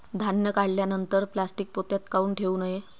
धान्य काढल्यानंतर प्लॅस्टीक पोत्यात काऊन ठेवू नये?